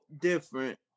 different